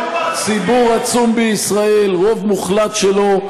ציבור עצום בישראל, רוב מוחלט שלו,